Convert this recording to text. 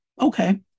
okay